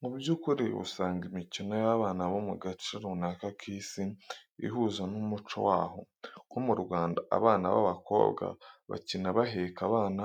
Mu by'ukuri usanga imikino y'abana bo mu gace runaka k'Isi ihuza n'umuco waho; nko mu Rwanda abana b'abakobwa bakina baheka abana,